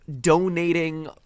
donating